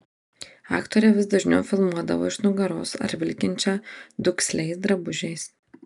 aktorę vis dažniau filmuodavo iš nugaros ar vilkinčią duksliais drabužiais